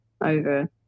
over